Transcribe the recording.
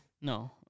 No